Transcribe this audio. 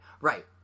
Right